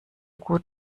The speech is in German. gut